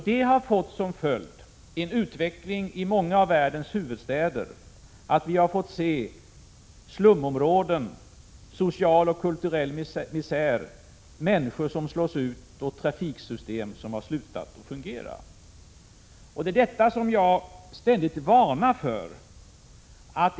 Det har fått som följd en sådan utveckling i många av världens huvudstäder att vi ser slumområden, social och kulturell misär, människor som slås ut och trafiksystem som har slutat att fungera. Detta har jag ständigt varnat för.